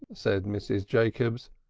said mrs. jacobs,